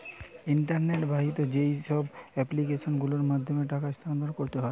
internet বাহিত যেইসব application গুলোর মাধ্যমে টাকা স্থানান্তর করতে হয়